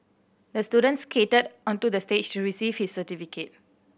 the student skated onto the stage to receive his certificate